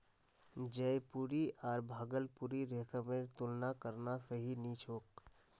जयपुरी आर भागलपुरी रेशमेर तुलना करना सही नी छोक